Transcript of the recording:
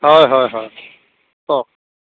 হয় হয় হয় কওক